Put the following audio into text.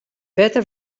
better